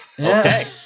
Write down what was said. Okay